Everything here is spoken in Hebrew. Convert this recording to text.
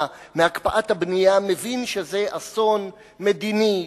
מהקפאת הבנייה מבין שזה אסון מדיני,